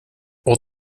och